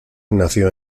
nació